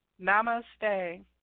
Namaste